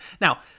Now